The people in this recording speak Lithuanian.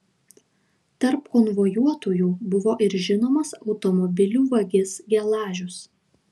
tarp konvojuotųjų buvo ir žinomas automobilių vagis gelažius